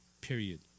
Period